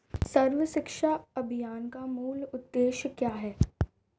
सर्व शिक्षा अभियान का मूल उद्देश्य क्या है?